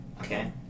okay